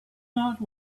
not